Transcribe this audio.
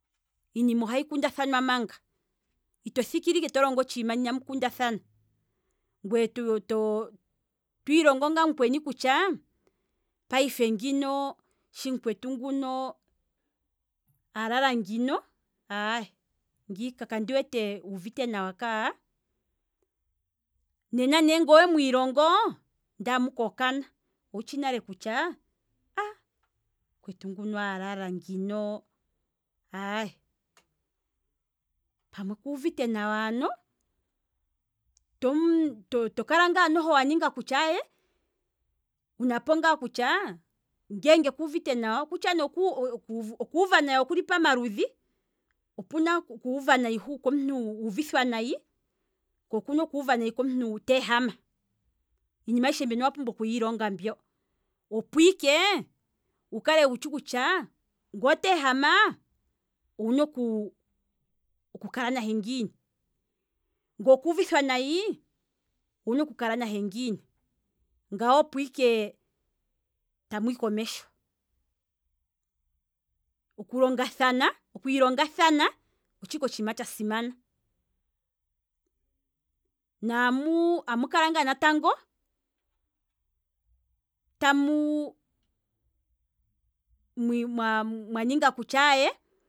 Iinima ohayi kundathanwa manga, ito thikile ike to longo otshiima ne inamu kundathana, ngweye to- to- twiilongo ngaa mukweni kutya, payife ngino shi mukwetu nguno a lala ngino aye ngiika kandi wete uuvite nawa ka, nena nge owe mwiilongo ndee amuka okana, owutshi nale kutya, ah mukwetu nguno a lala nginoo, aye pamwe kuuvite nawa ano, tokala ngaa noho waninga kutya aye wunapo ngaa kutya ngeenge kuuvite nawa, okutya ne okuuva nayi okuli pamaludhi, opuna okuuva nayi huu komuntu wuuvithwa nayi, ko okuna okuuva nayi komuntu teehama, iinima ayishe mbyono owa pumbwa oku yiilonga opo ike wu kale wutshi kutya ngele oteehama owuna oku kala nahe ngiini, nge okuuvithwa nayi owuna oku kala nahe ngiini, ngano opo ike tamu hi komesho, okulongathana, okwiilonga thana opo ike tamu hi komesho otsho ike otshiima tsha simana, ne amukalangaa natango tamu mwa ninga kutya aye